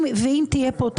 אם תהיה כאן תקלה,